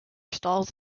stalls